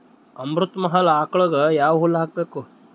ಅಮೃತ ಮಹಲ್ ಆಕಳಗ ಯಾವ ಹುಲ್ಲು ಹಾಕಬೇಕು?